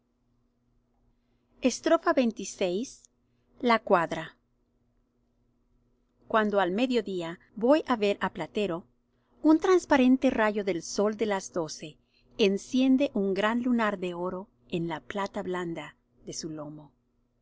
diviniza xxvi la cuadra cuando al mediodía voy á ver á platero un transparente rayo del sol de las doce enciende un gran lunar de oro en la plata blanda de su lomo